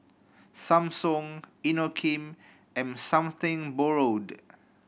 Samsung Inokim and Something Borrowed